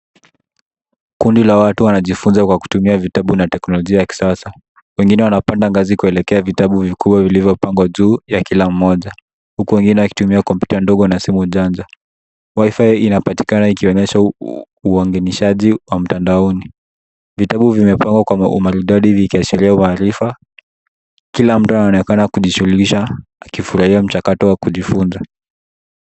Kundi la watu wanajifunza kwa kutumia vitabu na teknolojia ya kisasa. Wengine wanapanda ngazi kuelekea vitabu vikuu vilivyopangwa juu ya kila mmoja, huku wengine wakitumia kompyuta ndogo na simu janja. Wi-Fi inapatikana ikionyesha uanginishaji wa mtandaoni. Vitabu vimepangwa kwa umaridadi vikiashiria uarifa. Kila mtu anaonekana kujishughulisha akifurahia mchakato wa kujifunza.